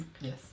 Yes